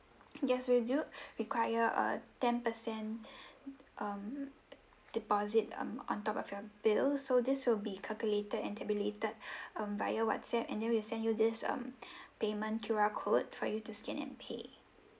yes we do require a ten percent um deposit um on top of your bill so this will be calculated and tabulated um via WhatsApp and then we'll send you this um payment Q_R code for you to scan and pay